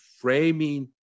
framing